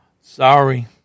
Sorry